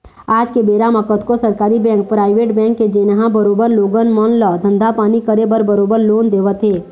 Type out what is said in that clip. आज के बेरा म कतको सरकारी बेंक, पराइवेट बेंक हे जेनहा बरोबर लोगन मन ल धंधा पानी करे बर बरोबर लोन देवत हे